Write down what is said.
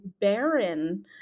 barren